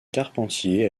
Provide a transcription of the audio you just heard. carpentier